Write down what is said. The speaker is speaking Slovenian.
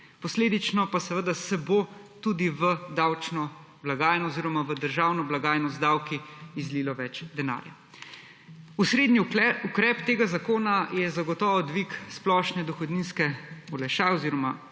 Posledično pa se bo tudi v davčno blagajno oziroma v državno blagajno z davki zlilo več denarja. Osrednji ukrep tega zakona je zagotovo dvig splošne dohodninske olajšave oziroma